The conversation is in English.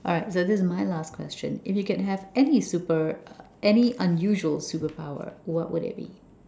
alright so this is my last question if you can have any super any unusual superpower what would it be